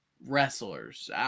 wrestlers